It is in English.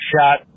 shot